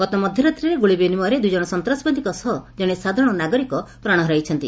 ଗତ ମଧ୍ୟ ରାତ୍ରିରେ ଗୁଳିବିନିମୟରେ ଦୁଇଜଣ ସନ୍ତାସବାଦୀଙ୍କ ସହ ଜଣେ ସାଧାରଣ ନାଗରିକ ପ୍ରାଣ ହରାଇଛନ୍ତି